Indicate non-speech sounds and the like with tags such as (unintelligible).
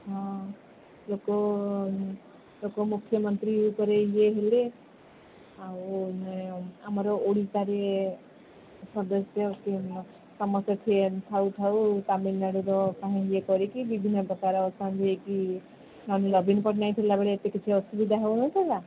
ହଁ ଲୋକ ଲୋକ ମୁଖ୍ୟମନ୍ତ୍ରୀ ଉପରେ ଇଏ ହେଲେ ଆଉ ଆମର ଓଡ଼ିଶାରେ ସଦସ୍ୟ କିଏ ନୁହଁ ସମସ୍ତେ ସି ଏମ୍ ଥାଉ ଥାଉ ତାମିଲନାଡୁ଼ର ଲୋକଙ୍କୁ ଇଏ କରିକି ବିଭିନ୍ନ ପ୍ରକାର (unintelligible) ନବୀନ ପଟ୍ଟନାୟକ ଥିଲା ବେଳେ ଏତେ କିଛି ଅସୁବିଧା ହେଉନଥିଲା